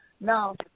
Now